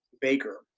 Baker